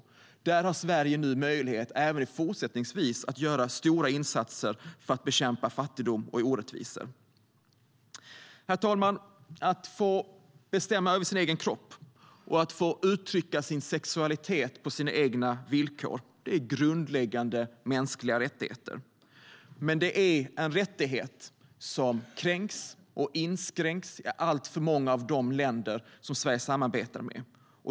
Där har därmed Sverige även fortsättningsvis möjlighet att göra stora insatser för att bekämpa fattigdom och orättvisor. Herr talman! Att få bestämma över sin egen kropp och få uttrycka sin sexualitet på sina egna villkor är grundläggande mänskliga rättigheter. Men det är rättigheter som kränks och inskränks i alltför många av de länder som Sverige samarbetar med.